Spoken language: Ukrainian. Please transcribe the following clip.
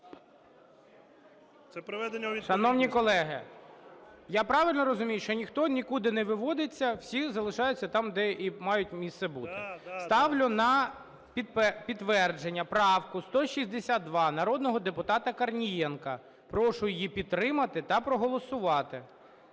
Шановні колеги, я правильно розумію, що ніхто нікуди не виводиться, всі залишаються там, де і мають місце бути? КОРНІЄНКО О.С. Да, да, да. ГОЛОВУЮЧИЙ. Ставлю на підтвердження правку 162 народного депутата Корнієнка. Прошу її підтримати та проголосувати.